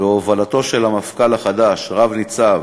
בהובלתו של המפכ"ל החדש, רב-ניצב